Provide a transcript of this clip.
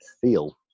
feel